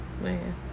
Man